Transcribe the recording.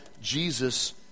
Jesus